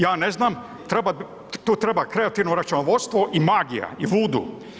Ja ne znam, treba, tu treba kreativno računovodstvo i magija i vudu.